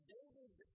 David